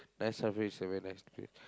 Night Safari is a very nice ticket